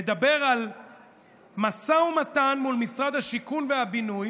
מדבר על משא ומתן מול משרד השיכון והבינוי